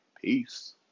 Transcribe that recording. Peace